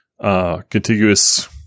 contiguous